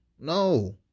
No